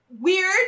Weird